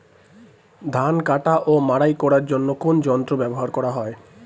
ধান কাটা ও মাড়াই করার জন্য কোন যন্ত্র ব্যবহার করা হয়?